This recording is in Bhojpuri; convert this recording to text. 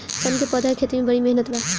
सन क पौधा के खेती में बड़ी मेहनत बा